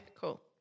cool